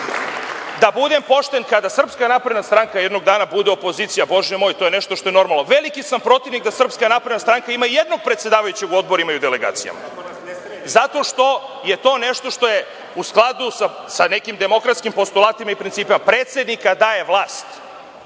da budem pošten, kada Srpska napredna stranka bude jednog dana opozicija, Bože moj, to je nešto što je normalno, veliki sam protivnik da Srpska napredna stranka ima ijednog predsedavajućeg u odborima i u delegacijama zato što je to nešto što je u skladu sa nekim demokratskim postulatima i principima. Predsednika daje vlast,